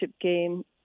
game